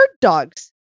dogs